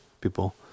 people